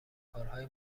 کارهای